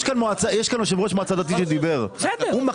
יושב-ראש המועצה הדתית שדיבר פה,